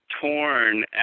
torn